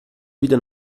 wieder